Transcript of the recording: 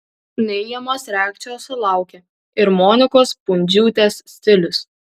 neigiamos reakcijos sulaukė ir monikos pundziūtės stilius